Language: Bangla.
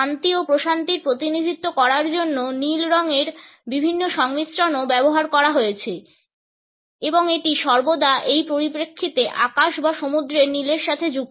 শান্তি ও প্রশান্তির প্রতিনিধিত্ব করার জন্য নীলের বিভিন্ন সংমিশ্রণও ব্যবহার করা হয়েছে এবং এটি সর্বদা এই পরিপ্রেক্ষিতে আকাশ বা সমুদ্রের নীলের সাথে যুক্ত